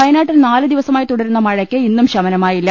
വയനാട്ടിൽ നാല് ദിവസമായി തുടരുന്ന മഴയ്ക്ക് ഇന്നും ശമ നമായില്ല